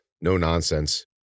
no-nonsense